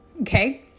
Okay